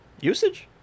Usage